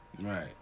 Right